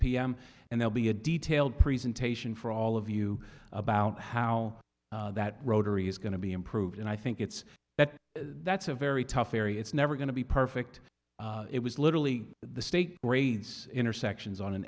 pm and they'll be a detailed presentation for all of you about how that rotary is going to be improved and i think it's that that's a very tough area it's never going to be perfect it was literally the state intersections on a